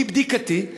מבדיקתי,